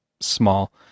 small